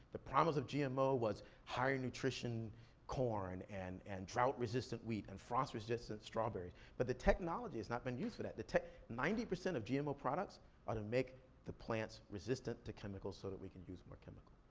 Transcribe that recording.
the promise of gmo was higher nutrition corn and and drought-resistant wheat, and frost-resistant strawberries. but the technology has not been used for that. the tech, ninety percent of gmo products are to make the plants resistant to chemicals so that we can use more chemicals.